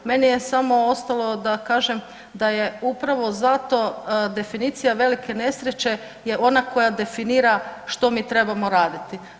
Meni je samo ostalo da kažem da je upravo zato definicija velike nesreće je ona koja definira što mi trebamo raditi.